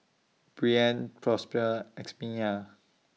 Brien Prosper Ximena